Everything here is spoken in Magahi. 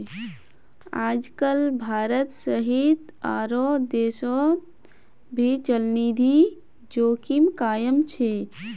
आजकल भारत सहित आरो देशोंत भी चलनिधि जोखिम कायम छे